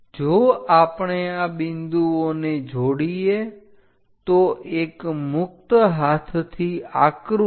જો આપણે આ બિંદુઓને જોડીએ તો એક મુક્ત હાથથી આકૃતિ